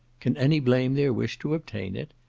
can any blame their wish to obtain it?